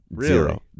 Zero